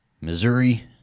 Missouri